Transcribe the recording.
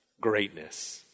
greatness